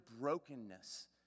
brokenness